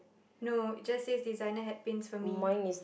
no it just says designer hat pins for me